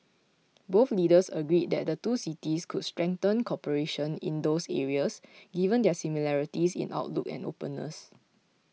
both leaders agreed that the two cities could strengthen cooperation in those areas given their similarities in outlook and openness